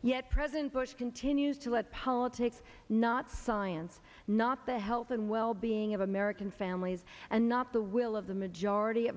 yet president bush continues to let politics not science not the health and well being of american families and not the will of the majority of